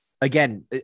again